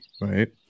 right